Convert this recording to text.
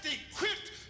equipped